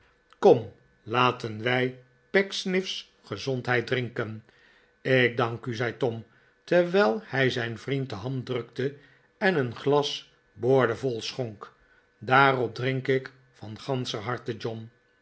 kom laten wij pecksniff's gezondheid drinken ik dank u zei tom terwijl hij zijn vriend de hand drukte en een glas boordevol schonk daarop drink ik van ganscher harte john